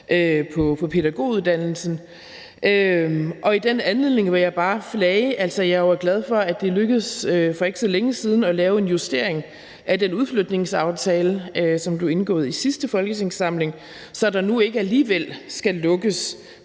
på pædagoguddannelsen. I den anledning vil jeg bare flage, at jeg er glad for, at det lykkedes for ikke så længe siden at lave en justering af den udflytningsaftale, som blev indgået i sidste folketingssamling, så der nu alligevel ikke skal lukkes